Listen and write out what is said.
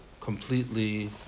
completely